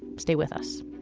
stay with us